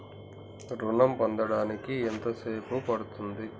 ఋణం పొందడానికి ఎంత సేపు పడ్తుంది?